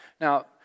Now